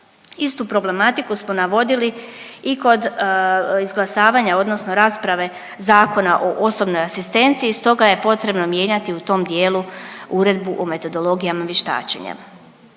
Istup problematiku smo navodili i kod izglasavanja, odnosno rasprave Zakona o osobnoj asistenciji i stoga je potrebno mijenjati u tom dijelu Uredbu o metodologijama vještačenja.